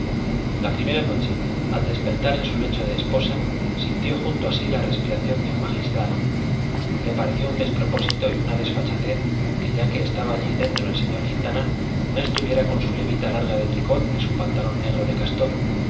la primer noche al despertar en su lecho de esposa sintió junto a sí la respiración de un magistrado le pareció un despropósito y una desfachatez que ya que estaba allí dentro el señor quintanar no estuviera con su levita larga de tricot y su pantalón negro de castor